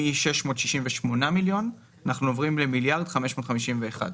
מ-668 מיליון אנחנו עוברים ל-1.551 מיליארד.